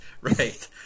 right